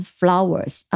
flowers